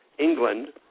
England